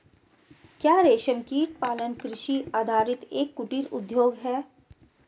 क्या रेशमकीट पालन कृषि आधारित एक कुटीर उद्योग है?